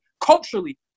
culturally